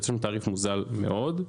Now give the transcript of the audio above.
תעריף מוזל מאוד.